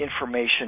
information